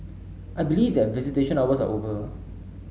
I believe that visitation hours are over